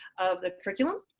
of the curriculum.